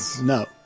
No